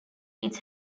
its